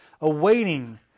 awaiting